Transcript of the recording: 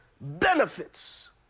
benefits